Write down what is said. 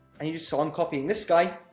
and you just. so i'm copying this guy,